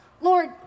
Lord